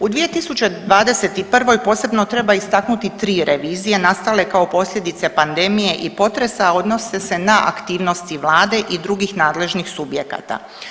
U 2021. posebno treba istaknuti 3 revizije nastale kao posljedice pandemije i potresa, a odnose se na aktivnosti vladi i drugih nadležnih subjekata.